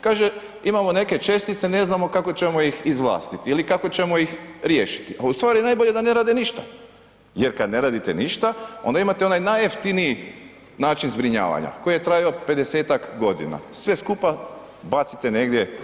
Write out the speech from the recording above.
Kaže imamo neke čestice ne znamo kako ćemo ih izvlastit ili kako ćemo ih riješiti, a u stvari najbolje da ne rade ništa jer kad ne radite ništa onda imate onaj najjeftiniji način zbrinjavanja koji je trajao 50-tak godina, sve skupa bacite negdje